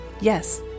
Yes